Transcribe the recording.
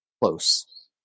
close